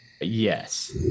Yes